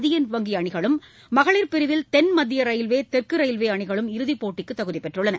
Indian வங்கி அணிகளும் மகளிர் பிரிவில் தென் மத்திய ரயில்வே தெற்கு ரயில்வே அணிகளும் இறுதிப் போட்டிக்கு தகுதி பெற்றுள்ளன